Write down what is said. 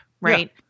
Right